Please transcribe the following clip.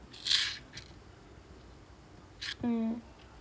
mm